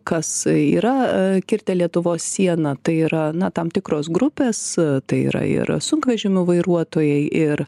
kas yra kirtę lietuvos sieną tai yra na tam tikros grupės tai yra ir sunkvežimių vairuotojai ir